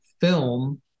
film